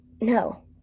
No